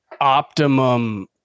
optimum